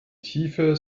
tiefe